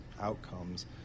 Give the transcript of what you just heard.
outcomes